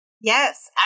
Yes